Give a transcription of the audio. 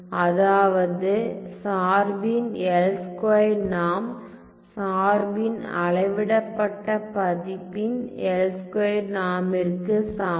அதாவது சார்பின் L2 norm சார்பின் அளவிடப்பட்ட பதிப்பின் L2 நார்ம் ற்கு சமம்